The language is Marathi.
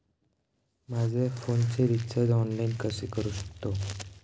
माझ्या फोनचे रिचार्ज ऑनलाइन कसे करू शकतो?